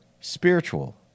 spiritual